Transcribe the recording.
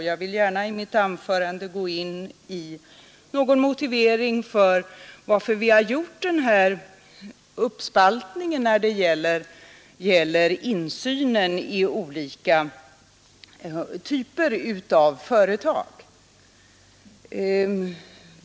Jag vill gärna i mitt anförande gå in på någon motivering varför vi har gjort den här uppspaltningen när det gäller insynen i olika typer av företag.